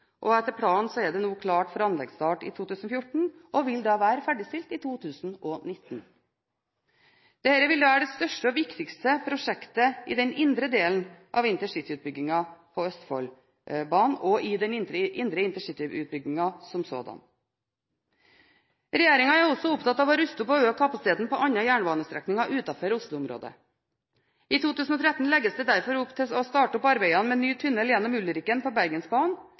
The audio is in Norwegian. planlagt. Etter planen er det nå klart for anleggsstart i 2014, og det vil da være ferdigstilt i 2019. Dette vil være det største og viktigste prosjektet i den indre delen av intercityutbyggingen på Østfoldbanen og i den indre intercityutbyggingen som sådan. Regjeringen er også opptatt av å ruste opp og øke kapasiteten på andre jernbanestrekninger utenfor Oslo-området. I 2013 legges det derfor opp til å starte opp arbeidene med ny tunnel gjennom Ulriken på Bergensbanen,